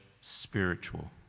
spiritual